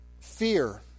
fear